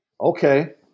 Okay